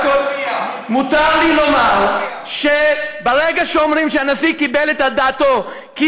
מותר לי לומר שברגע שאומרים שהנשיא קיבל את החלטתו כי